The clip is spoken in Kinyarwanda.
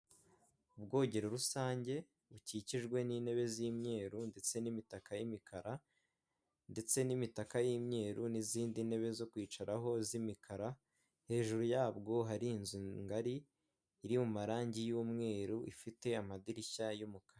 Ubwogero rusange bukikijwe n'intebe z'imyeru ndetse n'imitaka y'imikara ndetse n'imitaka y'imyeru n'izindi ntebe zo kwicaraho z'imikara. Hejuru yabwo hari inzu ngari iri mu marangi y'umweru, ifite amadirishya y'umukara.